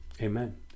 Amen